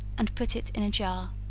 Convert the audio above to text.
and put it in a jar.